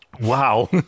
Wow